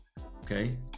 Okay